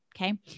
Okay